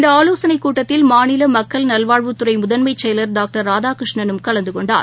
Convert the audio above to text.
இந்தஆலோசனைக் கூட்டத்தில் மாநிலமக்கள் நல்வாழ்வுத்துறைமுதன்மைசெயலர் டாக்டர் ராதாகிருஷ்ணனும் கலந்துகொண்டார்